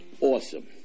awesome